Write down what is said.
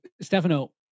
Stefano